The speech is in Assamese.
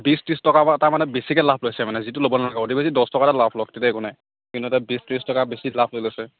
বিশ ত্ৰিছ টকা এটা মানে বেছিকৈ লাভ লৈছে মানে যিটো ল'ব নালাগে অতি বেছি দহ টকা এটা লাভ লওক তেতিয়া একো নাই কিন্তু এতিয়া বিশ ত্ৰিছ টকা বেছিকৈ লাভ লৈ লৈছে